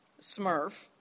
Smurf